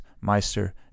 meister